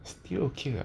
still okay lah